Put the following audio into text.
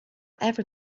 every